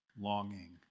longing